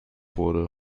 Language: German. wurde